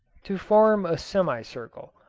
to form a semicircle,